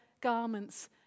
garments